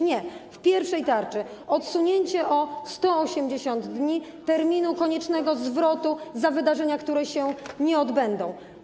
Nie, w pierwszej tarczy mieliśmy odsunięcie o 180 dni terminu koniecznego zwrotu za wydarzenia, które się nie odbędą.